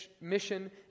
mission